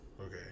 Okay